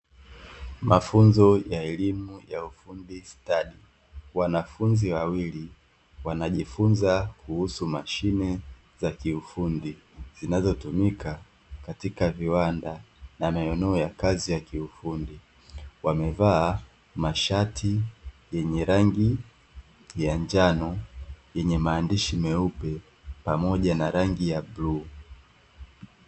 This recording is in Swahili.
Mafunzo ya elimu ya ufundi stadi, wanafunzi wawili wanajifunza kuhusu mashine za kiufundi, zinazotumika katika viwanda na maeneo ya kazi ya kiufundi. Wamevaa mashati yenye rangi ya njano yenye maandishi meupe pamoja na rangi ya bluu.